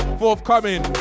forthcoming